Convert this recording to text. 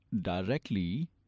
directly